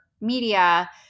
Media